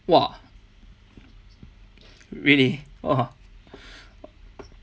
!wah! really !wah!